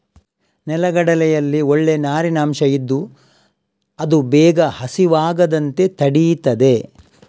ನೆಲಗಡಲೆಯಲ್ಲಿ ಒಳ್ಳೇ ನಾರಿನ ಅಂಶ ಇದ್ದು ಅದು ಬೇಗ ಹಸಿವಾಗದಂತೆ ತಡೀತದೆ